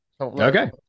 okay